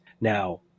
Now